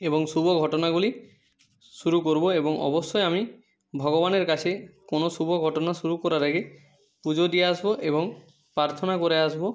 এবং শুভ ঘটনাগুলি শুরু করব এবং অবশ্যই আমি ভগবানের কাছে কোনো শুভ ঘটনা শুরু করার আগে পুজো দিয়ে আসবো এবং প্রার্থনা করে আসবো